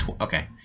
okay